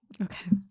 Okay